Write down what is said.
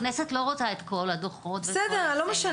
הכנסת לא רוצה את כל הדוחות ואת כל ה --- לא משנה,